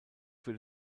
für